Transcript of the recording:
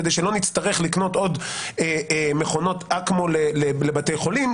כדי שלא נצטרך לקנות עוד מכונות אקמו לבתי חולים,